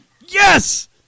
Yes